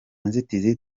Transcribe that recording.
nzitizi